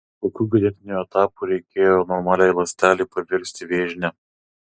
kokių genetinių etapų reikėjo normaliai ląstelei pavirsti vėžine